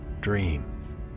Dream